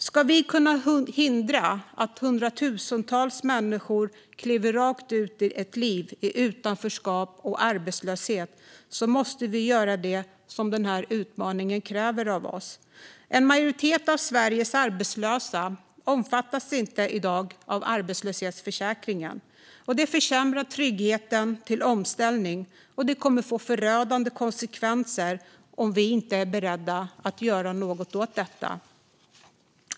Ska vi kunna hindra att hundratusentals människor kliver rakt ut i ett liv i utanförskap och arbetslöshet måste vi göra det som den här utmaningen kräver av oss. En majoritet av Sveriges arbetslösa omfattas inte i dag av arbetslöshetsförsäkringen. Detta försämrar tryggheten i samband med omställning och kommer att få förödande konsekvenser om vi inte är beredda att göra något åt det.